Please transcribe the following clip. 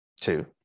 two